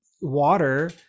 water